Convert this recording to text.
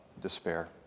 despair